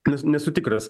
nes nesu tikras